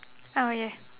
okay